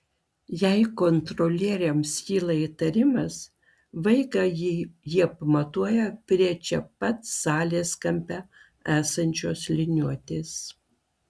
jei kontrolieriams kyla įtarimas vaiką jie pamatuoja prie čia pat salės kampe esančios liniuotės